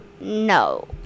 No